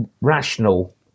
rational